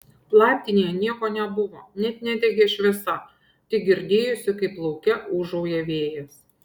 laiptinėje nieko nebuvo net nedegė šviesa tik girdėjosi kaip lauke ūžauja vėjas